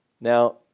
Now